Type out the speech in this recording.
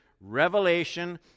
revelation